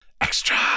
Extra